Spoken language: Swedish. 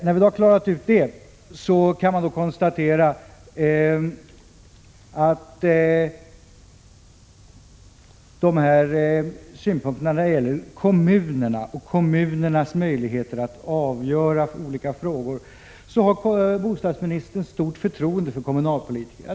När vi klarat ut detta kan vi beträffande synpunkterna på kommunernas möjligheter att avgöra olika frågor konstatera att bostadsministern har stort förtroende för kommunalpolitiker.